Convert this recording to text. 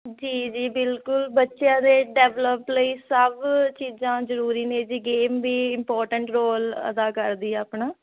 ਜੀ ਜੀ ਬਿਲਕੁਲ ਬੱਚਿਆਂ ਦੇ ਡੈਵਲਪ ਲਈ ਸਭ ਚੀਜ਼ਾਂ ਜ਼ਰੂਰੀ ਨੇ ਜੀ ਗੇਮ ਵੀ ਇੰਪੋਰਟੈਂਟ ਰੋਲ ਅਦਾ ਕਰਦੀ ਆ ਆਪਣਾ